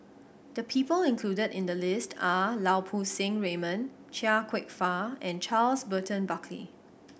the people included in the list are Lau Poo Seng Raymond Chia Kwek Fah and Charles Burton Buckley